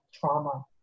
trauma